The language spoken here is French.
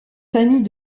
famille